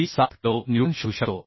37 kilo newton शोधू शकतो